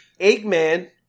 Eggman